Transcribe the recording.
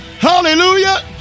Hallelujah